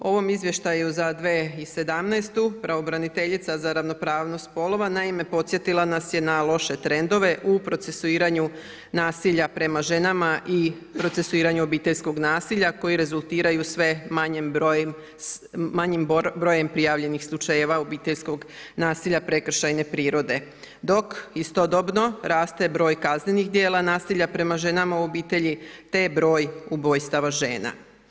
U ovom Izvješću za 2017. pravobraniteljica za ravnopravnost spolova naime podsjetila nas je na loše trendove u procesuiranju nasilja prema ženama i procesuiranju obiteljskog nasilja koji rezultiraju sve manjim brojem prijavljenih slučajeva obiteljskog nasilja prekršajne prirode, dok istodobno raste broj kaznenih djela nasilja prema ženama u obitelji, te broj ubojstava žena.